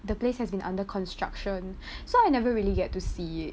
the place has been under construction so I never really get to see it